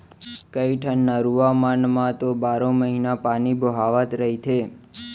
कइठन नरूवा मन म तो बारो महिना पानी बोहावत रहिथे